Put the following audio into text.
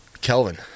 Kelvin